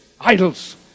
idols